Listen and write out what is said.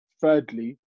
thirdly